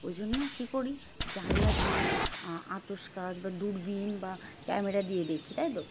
ওই জন্য কী করি জানলা দিয়ে আতসকাচ বা দূরবিন বা ক্যামেরা দিয়ে দেখি তাই তো